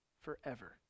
forever